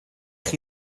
chi